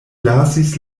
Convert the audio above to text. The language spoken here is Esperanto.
lasis